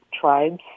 tribes